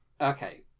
Okay